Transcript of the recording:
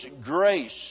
grace